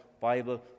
Bible